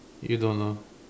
you don't know